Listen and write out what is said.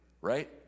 right